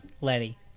Letty